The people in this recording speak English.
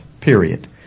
period